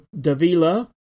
Davila